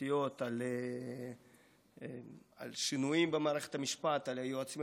על שינויים במערכת המשפט, על היועצים המשפטיים.